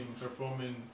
performing